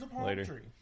later